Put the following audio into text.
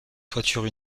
toiture